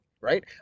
right